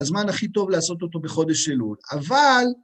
הזמן הכי טוב לעשות אותו בחודש אלול, אבל...